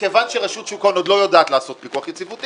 כיוון שרשות ההון עוד לא יודעת לעשות פיקוח יציבותי,